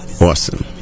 awesome